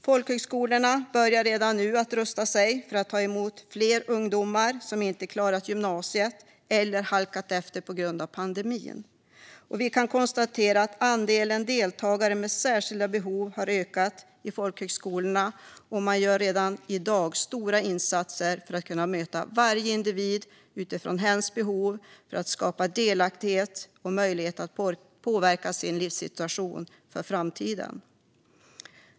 Folkhögskolorna börjar redan nu att rusta sig för att ta emot fler ungdomar som inte klarat gymnasiet eller halkat efter på grund av pandemin. Vi kan även konstatera att andelen deltagare med särskilda behov har ökat i folkhögskolorna, och man gör redan i dag stora insatser för att kunna möta varje individ utifrån hens behov för att skapa delaktighet och möjlighet för individen att påverka sin livssituation för framtiden.